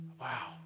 wow